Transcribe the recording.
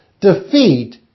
defeat